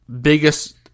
biggest